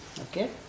Okay